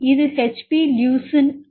இது HP leucine அனுமதிக்க சமம்